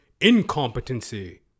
incompetency